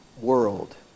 world